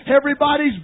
Everybody's